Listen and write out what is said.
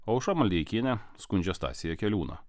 aušra maldeikienė skundžia stasį jakeliūną